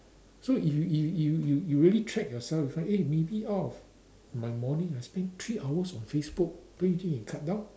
so if you if you you you you really track yourself if like eh maybe out of my morning I spend three hours on Facebook don't you think can cut down